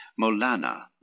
Molana